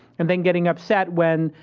and then, getting upset, when,